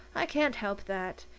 i can't help that.